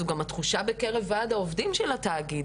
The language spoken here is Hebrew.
זו גם התחושה בקרב ועד העובדים של התאגיד